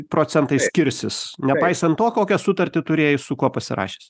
procentai skirsis nepaisant to kokią sutartį turėjai su kuo pasirašęs